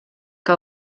que